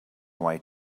white